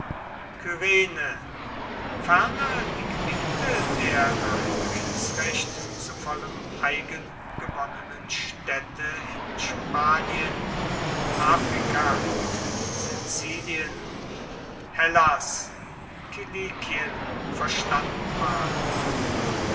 ferner die gebiete der nach kriegsrecht zu vollem eigen gewonnenen städte in spanien afrika sizilien hellas kilikien verstanden waren